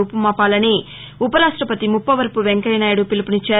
రూపుమాపాలని ఉపరాష్టపతి ముప్పవరపు వెంకయ్య నాయుడు పిలుపునిచ్చారు